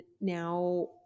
now